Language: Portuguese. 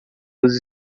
dos